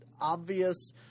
obvious